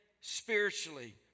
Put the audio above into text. spiritually